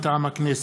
מטעם הכנסת: